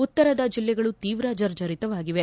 ಉತ್ತರದ ಜಿಲ್ಲೆಗಳು ತೀವ್ರ ಜರ್ಜರಿತವಾಗಿವೆ